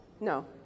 No